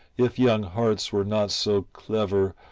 if young hearts were not so clever,